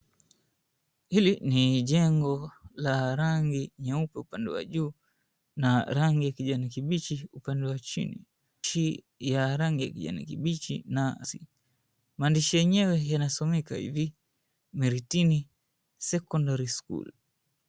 Hili ni jengo la rangi nyeupe upande wa juu na rangi ya kijani kibichi upande wa chini. Key ya rangi ya kijani kibichi na maandishi. Maandishi yenyewe yanasomeka hivi " MIRITINI SECONDARY SCHOOL ".